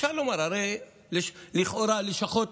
אפשר לומר, הרי לכאורה לשכות